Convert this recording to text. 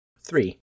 Three